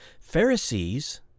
Pharisees